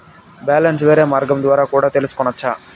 Balance వేరే మార్గం ద్వారా కూడా తెలుసుకొనొచ్చా?